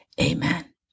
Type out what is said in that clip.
amen